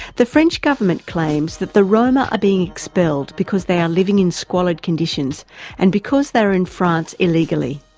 the french government claims that the roma are being expelled because they are living in squalid conditions and because they are in france illegally.